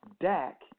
Dak